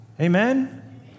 Amen